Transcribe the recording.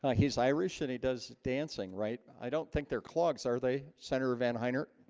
ah he's irish and he does dancing right, i don't think they're clogs are they senator van heiner